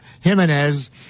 Jimenez